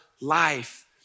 life